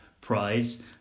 prize